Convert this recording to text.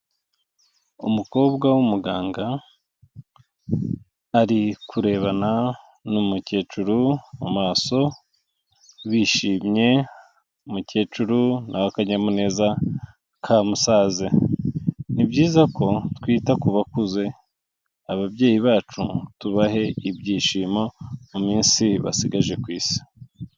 Umukobwa w'umuganga ari kurebana n'umukecuru mu maso bishimye, umukecuru aho akanyamuneza kamusaze. Ni byiza ko twita ku bakuze, ababyeyi bacu tubahe ibyishimo mu minsi basigaje ku isi.